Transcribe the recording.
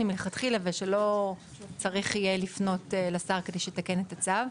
מלכתחילה ושלא יהיה צריך לפנות לשר כדי שיתקן את הצו.